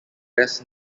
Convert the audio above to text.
best